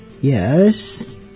yes